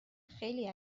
خیلی